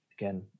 again